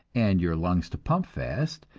and your lungs to pump fast,